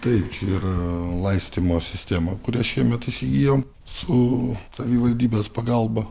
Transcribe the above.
taip čia yra laistymo sistema kurią šiemet įsigijom su savivaldybės pagalba